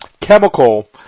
chemical